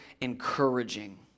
encouraging